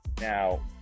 Now